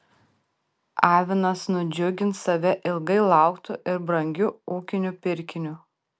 avinas nudžiugins save ilgai lauktu ir brangiu ūkiniu pirkiniu